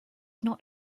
not